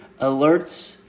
alerts